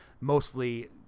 mostly